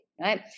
right